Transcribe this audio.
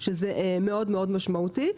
שזה מאוד משמעותי.